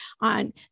on